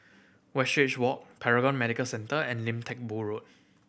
Westridge Walk Paragon Medical Centre and Lim Teck Boo Road